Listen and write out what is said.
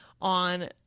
on